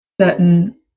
certain